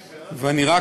ואני חושב שזה לברכה.